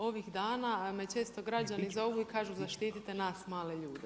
Ovih dana me često građani zovu i kažu zaštite nas male ljude.